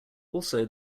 also